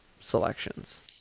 selections